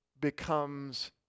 becomes